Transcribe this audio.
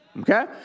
Okay